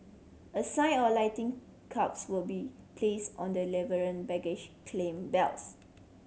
a sign or lighting cubes will be place on the baggage claim belts